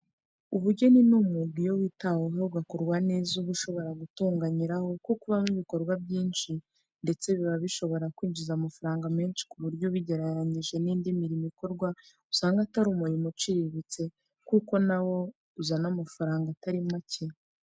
Ubugeni ni umwuga iyo witaweho ugakorwa neza uba ushobora gutunga nyirawo kuko ubamo ibikorwa byinshi ndetse biba bishobora kwinjiza amafaranga menshi ku buryo ubigereranije n'indi mirimo ikorwa usanga atari umurimo uciriritse kuko nawo uzana amafaranga atari make.